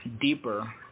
deeper